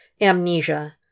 Amnesia